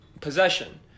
possession